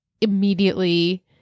immediately